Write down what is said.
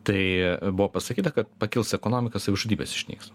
tai buvo pasakyta kad pakils ekonomika savižudybės išnyks